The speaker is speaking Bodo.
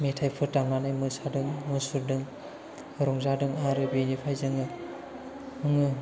मेथायफोर दामनानै मोसादों मुसुरदों रंजादों आरो बेनिफ्राय जोङो